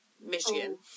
Michigan